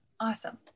Awesome